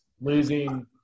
Losing